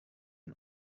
jen